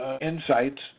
insights